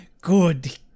Good